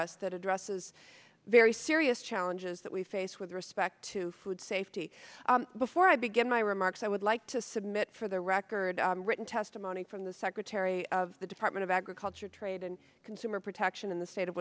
us that addresses very serious challenges that we face with respect to food safety before i begin my remarks i would like to submit for the record written testimony from the secretary of the department of agriculture trade and consumer protection in the state of